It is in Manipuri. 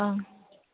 ꯑꯪ